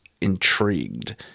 intrigued